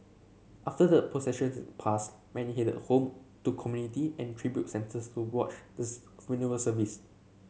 after the processions passed many headed home to community and tribute centres to wash this funeral service